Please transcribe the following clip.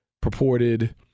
purported